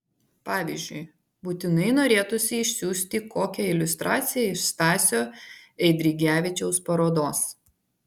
pavyzdžiui būtinai norėtųsi išsiųsti kokią iliustraciją iš stasio eidrigevičiaus parodos